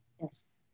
Yes